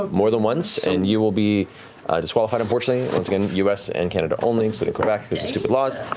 more than once and you will be disqualified, unfortunately. once again, us and canada only, excluding quebec stupid laws.